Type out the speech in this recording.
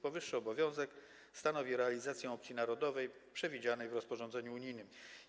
Powyższy obowiązek stanowi realizację opcji narodowej przewidzianej w rozporządzeniu unijnym.